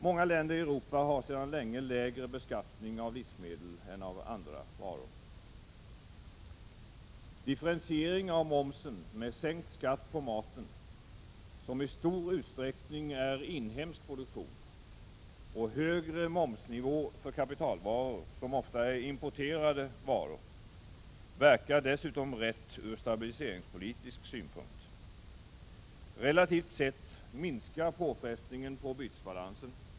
Många länder i Europa har sedan länge lägre beskattning av livsmedel än av andra varor. Differentiering av momsen med sänkt skatt på maten, som i stor utsträckning är inhemsk produktion, och högre momsnivå för kapitalvaror, som ofta är importerade varor, verkar dessutom rätt ur stabiliseringspolitisk synpunkt. Relativt sett minskar påfrestningen på bytesbalansen.